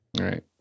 right